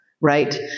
right